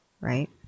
right